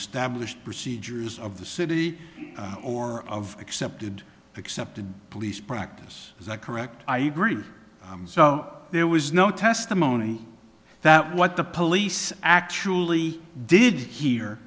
established procedures of the city or of accepted accepted police practice is that correct i agree so there was no testimony that what the police actually did he